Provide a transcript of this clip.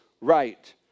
right